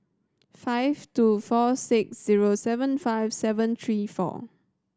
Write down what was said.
five two four six zero seven five seven three four